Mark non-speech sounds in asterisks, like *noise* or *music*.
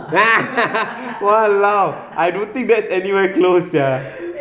*laughs* !walao! I don't think that's anywhere close sia